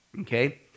Okay